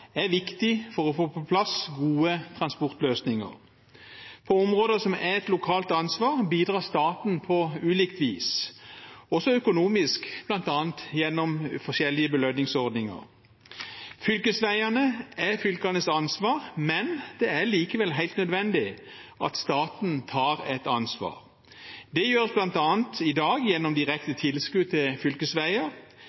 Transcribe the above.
er viktig for å få på plass gode transportløsninger. På områder som er et lokalt ansvar, bidrar staten på ulikt vis, også økonomisk, bl.a. gjennom forskjellige belønningsordninger. Fylkesveiene er fylkenes ansvar, men det er likevel helt nødvendig at staten tar et ansvar. Det gjøres bl.a. i dag gjennom direkte